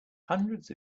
hundreds